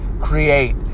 create